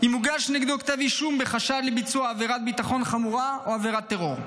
אם הוגש נגדו כתב אישום בחשד לביצוע עבירת ביטחון חמורה או עבירת טרור.